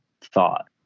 thought